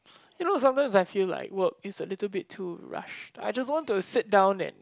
you know sometimes I feel like work is a little too rush I just want to sit down and